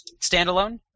standalone